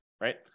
right